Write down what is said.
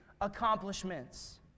accomplishments